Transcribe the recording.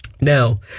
Now